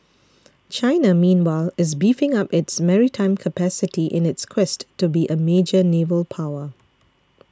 China meanwhile is beefing up its maritime capacity in its quest to be a major naval power